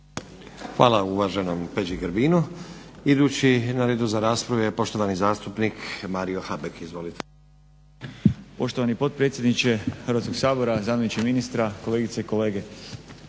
Hvala uvaženom Peđi Grbinu. Idući na redu za raspravu je poštovani zastupnik Mario Habek. Izvolite. **Habek, Mario (SDP)** Poštovani potpredsjedniče Hrvatskog sabora, zamjeniče ministra, kolegice i kolege.